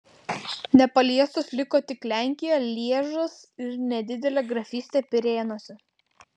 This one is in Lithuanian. nepaliestos liko tik lenkija lježas ir nedidelė grafystė pirėnuose